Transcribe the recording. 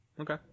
Okay